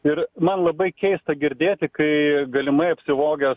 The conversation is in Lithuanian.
ir man labai keista girdėti kai galimai apsivogęs